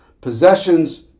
Possessions